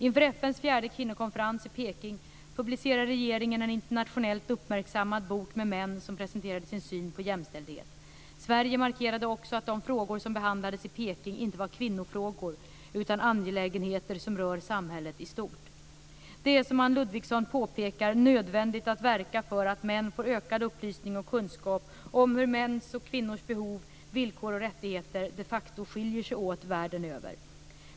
Inför FN:s fjärde kvinnokonferens i Peking publicerade regeringen en internationellt uppmärksammad bok med män som presenterade sin syn på jämställdhet. Sverige markerade också att de frågor som behandlades i Peking inte var "kvinnofrågor" utan angelägenheter som rör samhället i stort. Det är som Anne Ludvigsson påpekar nödvändigt att verka för att män får ökad upplysning och kunskap om hur kvinnors och mäns behov, villkor och rättigheter, de facto skiljer sig åt världen över.